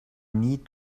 need